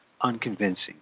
unconvincing